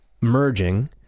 merging